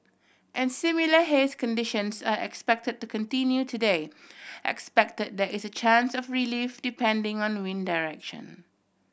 and similar haze conditions are expected to continue today expected there is a chance of relief depending on wind direction